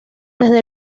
desde